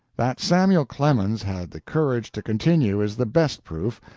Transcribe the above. that samuel clemens had the courage to continue is the best proof,